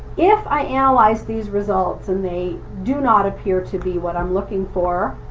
if i analyze these results, and they do not appear to be what i'm looking for,